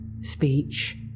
speech